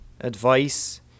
advice